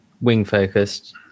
wing-focused